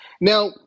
Now